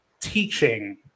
teaching